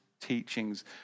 Teachings